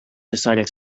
decided